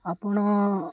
ଆପଣ